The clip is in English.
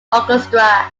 orchestra